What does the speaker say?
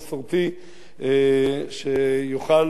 שיוכל להרגיש טוב ולבוא לידי ביטוי,